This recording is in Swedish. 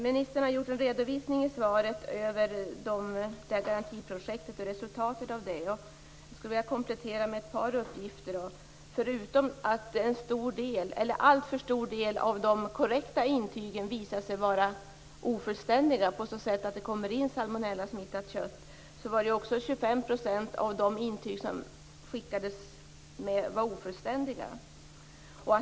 Ministern har i svaret gjort en redovisning av Garantiprojektet och resultatet av det. Jag skulle vilja komplettera med ett par uppgifter. Förutom att en alltför stor del av de korrekta intygen visar sig vara ofullständiga på så sätt att det kommer in salmonellasmittat kött var också 25 % av de intyg som skickades med ofullständiga.